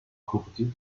krokodil